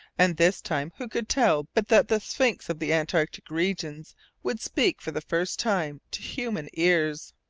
and this time, who could tell but that the sphinx of the antarctic regions would speak for the first time to human ears!